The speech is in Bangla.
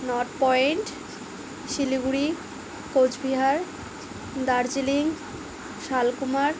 north point Siliguri Coochbehar Darjeeling Shalkumar